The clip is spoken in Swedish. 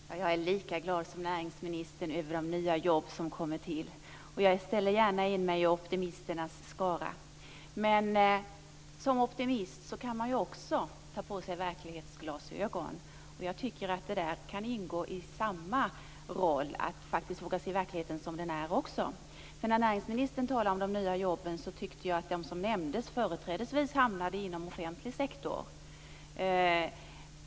Fru talman! Jag är lika glad som näringsministern över de nya jobb som kommer till. Jag ställer mig gärna i optimisternas skara. Men som optimist kan man också ta på sig verklighetsglasögon. Jag tycker att detta kan ingå i samma roll. Man skall också våga se verkligheten som den är. Näringsministern talar om de nya jobben. Jag tyckte att de som nämndes företrädesvis hamnade inom offentlig sektor.